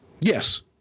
Yes